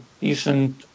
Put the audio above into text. decent